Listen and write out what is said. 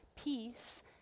Peace